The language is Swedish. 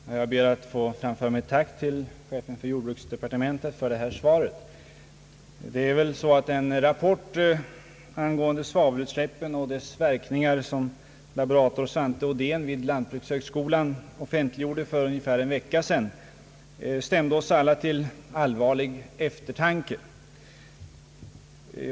Herr talman! Jag ber att få framföra mitt tack till chefen för jordbruksde partementet för detta svar. Det är väl så att den rapport angående svavelutsläppen och deras verkningar, som laborator Svante Odén vid lantbrukshögskolan offentliggjorde för någon vecka sedan, stämde oss alla till allvarlig eftertanke.